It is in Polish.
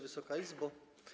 Wysoka Izbo!